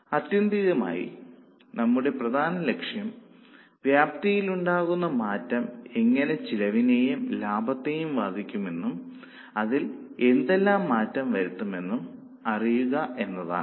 ആത്യന്തികമായി നമ്മുടെ പ്രധാന ലക്ഷ്യം വ്യാപ്തിയിൽ ഉണ്ടാകുന്ന മാറ്റം എങ്ങനെ ചെലവിനെയും ലാഭത്തെയും ബാധിക്കുന്നുവെന്നും അതിൽ എന്തെല്ലാം മാറ്റം വരുത്തും എന്നും അറിയുക എന്നതാണ്